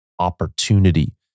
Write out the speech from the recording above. Opportunity